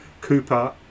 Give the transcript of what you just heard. Cooper